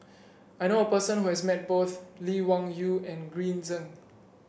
I knew a person who has met both Lee Wung Yew and Green Zeng